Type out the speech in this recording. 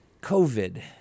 COVID